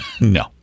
no